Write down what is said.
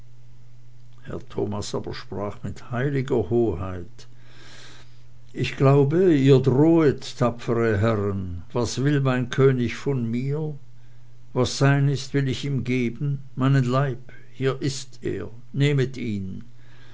thomas aber sprach mit heiliger hoheit ich glaube ihr drohet tapfre herren was will mein könig von mir was sein ist will ich ihm geben meinen leib hier ist er nehmet ihn